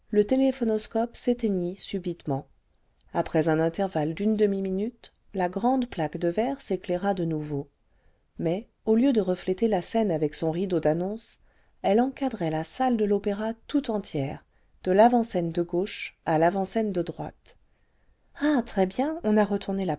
le téléphonoscope s'éteignit subitement après un intervalle d'une demi-minute la grande plaque de verre s'éclaira de nouveau mais au beu de refléter la scène avec son rideau d'annonces elle encadrait la salle de l'opéra tout entière de l'avantscène cle gauche à l'avant-scène de droite ah très bien on a retourné